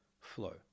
flow